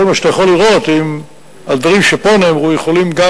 כל מה שאתה יכול לראות על דברים שפה נאמרו יכולים גם